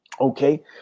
Okay